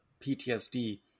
PTSD